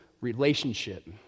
relationship